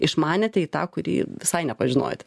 išmanėte į tą kurį visai nepažinojot